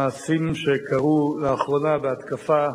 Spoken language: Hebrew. המעשים שקרו לאחרונה בהתקפה